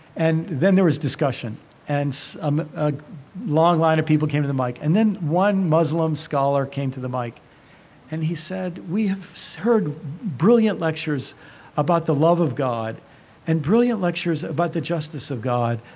and then there was discussion and um a a long line of people came to the mic and then one muslim scholar came to the mic and he said, we have so heard brilliant lectures about the love of god and brilliant lectures about the justice of god,